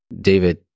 David